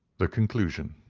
the conclusion.